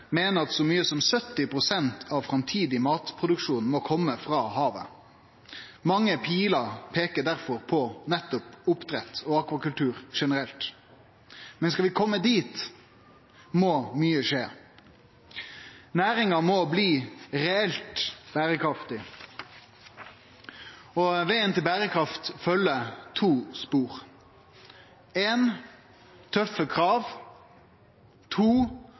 meiner at så mykje som 70 pst. av framtidig matproduksjon må kome frå havet. Mange pilar peiker difor på nettopp oppdrett og akvakultur generelt. Men skal vi kome dit, må mykje skje. Næringa må bli reelt berekraftig. Vegen til berekraft følgjer to spor: 1. Tøffe krav.